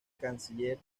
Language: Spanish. canciller